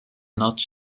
not